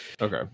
Okay